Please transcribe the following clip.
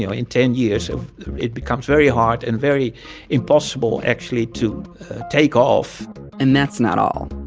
yeah in ten years it becomes very hard and very impossible, actually, to take off and that's not all.